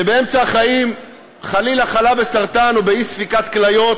שבאמצע החיים חלילה חלה בסרטן או באי-ספיקת כליות